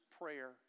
prayer